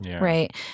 Right